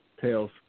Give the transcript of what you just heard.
Tails